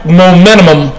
momentum